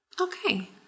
Okay